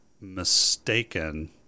mistaken